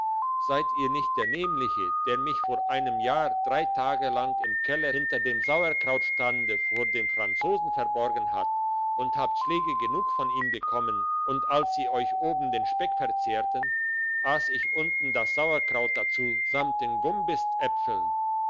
seid ihr nicht der nämliche der mich vor einem jahre drei tage lang im keller hinter dem sauerkrautstande vor den franzosen verborgen hat und habt schläge genug von ihnen bekommen und als sie euch oben den speck verzehrten ass ich unten das sauerkraut dazu samt den gumbistäpfeln